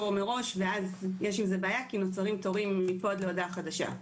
מראש ואז יש עם זה בעיה כי נוצרים תורים מפה עד להודעה חדשה.